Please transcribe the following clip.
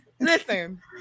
listen